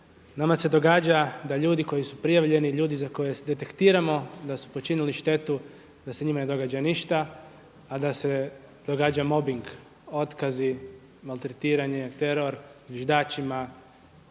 Nadam se događa da ljudi koji su prijavljeni, ljudi za koje detektiramo da su počinili štetu da se njima ne događa ništa, a da se događa mobing, otkazi, maltretiranje, teror, zviždačima